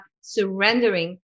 surrendering